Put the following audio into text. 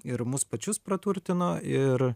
ir mus pačius praturtino ir